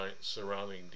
surrounding